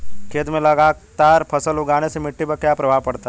खेत में लगातार फसल उगाने से मिट्टी पर क्या प्रभाव पड़ता है?